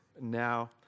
Now